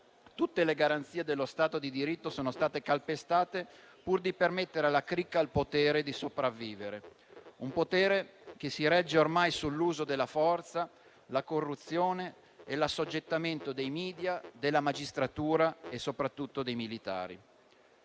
tutte le garanzie dello Stato di diritto sono state calpestate pur di permettere alla cricca al potere di sopravvivere. Un potere che si regge ormai sull'uso della forza, la corruzione e l'assoggettamento dei media, della magistratura e, soprattutto, dei militari.